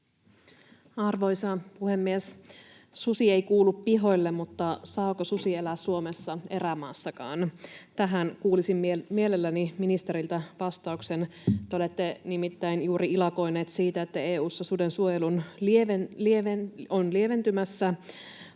Arvoisa puhemies! Susi ei kuulu pihoille, mutta saako susi elää Suomessa erämaassakaan? Tähän kuulisin mielelläni ministeriltä vastauksen. Te olette nimittäin juuri ilakoinut siitä, että EU:ssa suden suojelu on lieventymässä,